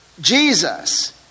Jesus